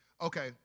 okay